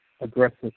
aggressive